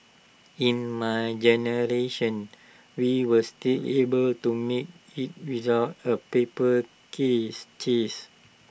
in my generation we were still able to make IT without A paper case chase